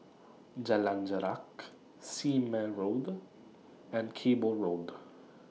Jalan Jarak Sime Road and Cable Road